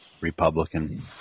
Republican